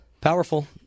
Powerful